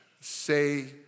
say